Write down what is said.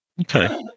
Okay